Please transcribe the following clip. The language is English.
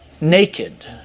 naked